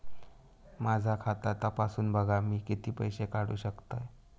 माझा खाता तपासून बघा मी किती पैशे काढू शकतय?